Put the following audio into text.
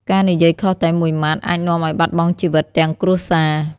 ការនិយាយខុសតែមួយម៉ាត់ អាចនាំឱ្យបាត់បង់ជីវិតទាំងគ្រួសារ។